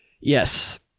Yes